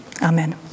Amen